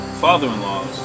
father-in-laws